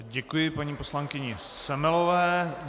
Děkuji paní poslankyni Semelové.